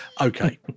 Okay